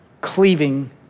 cleaving